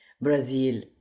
Brazil